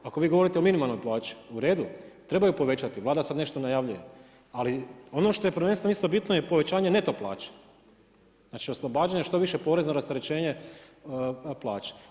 Ako vi govorite o minimalnoj plaći, uredu treba ju povećati Vlada sada nešto najavljuje, ali ono što je prvenstveno isto bitno je povećanje neto plaće, znači oslobađanje što više porezno rasterećenje plaće.